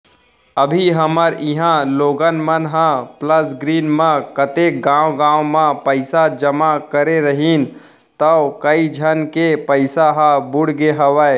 अभी हमर इहॉं लोगन मन ह प्लस ग्रीन म कतेक गॉंव गॉंव म पइसा जमा करे रहिन तौ कइ झन के पइसा ह बुड़गे हवय